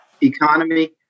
economy